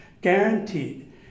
Guaranteed